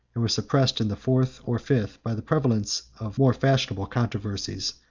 and were suppressed in the fourth or fifth, by the prevalence of more fashionable controversies,